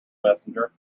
messenger